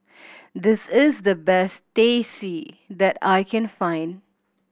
this is the best Teh C that I can find